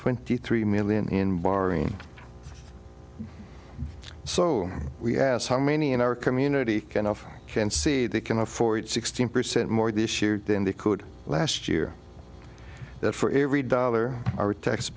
twenty three million in bahrain so we asked how many in our community kind of can say they can afford sixteen percent more this year then they could last year that for every dollar